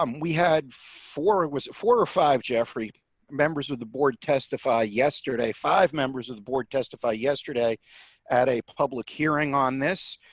um we had four it was four or five jeffrey members of the board testify yesterday five members of the board testify yesterday at a public hearing on this.